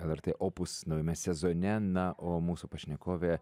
lrt opus naujame sezone na o mūsų pašnekovė